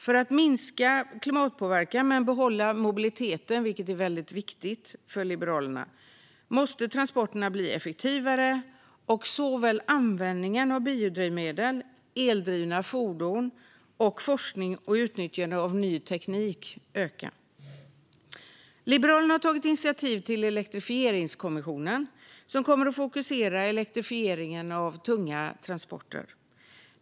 För att minska klimatpåverkan men behålla mobiliteten, vilket är väldigt viktigt för Liberalerna, måste transporterna bli effektivare och användningen av biodrivmedel och eldrivna fordon samt forskning och utnyttjande av ny teknik öka. Liberalerna har tagit initiativ till elektrifieringskommissionen, som kommer att fokusera på elektrifieringen av tunga transporter.